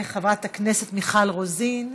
חברת הכנסת מיכל רוזין,